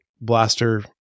blaster